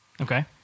Okay